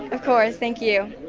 of course, thank you.